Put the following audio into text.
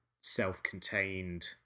self-contained